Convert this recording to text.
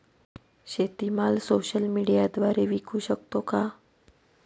शेतीमाल सोशल मीडियाद्वारे विकू शकतो का?